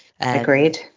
Agreed